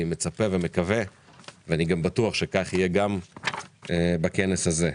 אני מצפה, מקווה וגם בטוח שכך יהיה בכנס הזה.